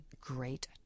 great